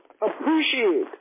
appreciate